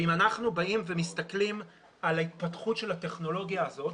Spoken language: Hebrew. אם אנחנו באים ומסתכלים על ההתפתחות של הטכנולוגיה הזאת,